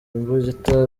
imbugita